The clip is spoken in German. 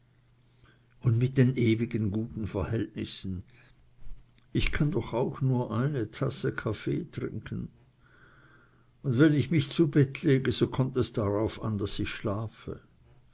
und mit den ewigen guten verhältnissen ich kann doch auch nur eine tasse kaffee trinken und wenn ich mich zu bett lege so kommt es darauf an daß ich schlafe